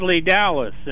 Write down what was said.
Dallas